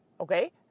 Okay